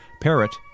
Parrot